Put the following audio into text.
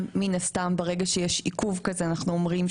ברגע שיש עיכוב כזה אנחנו אומרים,